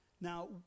Now